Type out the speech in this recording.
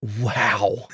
Wow